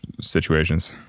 situations